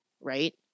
right